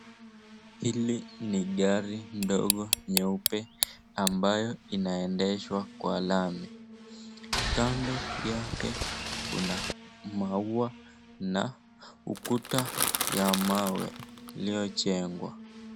Hili ni gari ndogo nyeupe ambaye inaendelea kwa lami, kando yake kuna maua na ukuta ya mawe iliyochengwa.